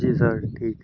जी sir ठीक है